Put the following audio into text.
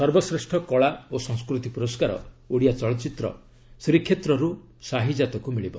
ସର୍ବଶ୍ରେଷ୍ଠ କଳା ଓ ସଂସ୍କୃତି ପୁରସ୍କାର ଓଡ଼ିଆ ଚଳଚ୍ଚିତ୍ର 'ଶ୍ରୀକ୍ଷେତ୍ରରୁ ସାହିଯାତ'କୁ ମିଳିବ